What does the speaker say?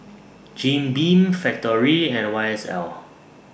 Jim Beam Factorie and Y S L